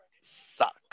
suck